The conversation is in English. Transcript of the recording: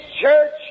church